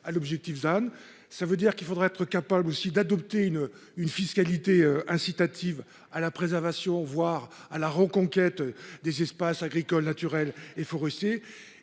à l'objectif. Ça veut dire qu'il faudrait être capable aussi d'adopter une une fiscalité incitative à la préservation, voire à la reconquête des espaces agricoles naturels et forestiers